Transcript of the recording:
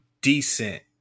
decent